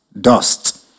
Dust